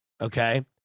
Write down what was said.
okay